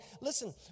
Listen